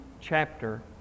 chapter